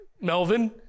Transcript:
Melvin